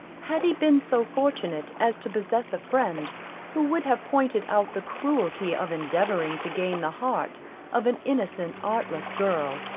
had he been so fortunate as to possess a friend who would have pointed out the cruelty of endeavouring to gain the heart of an innocent artless girl,